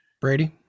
Brady